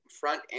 front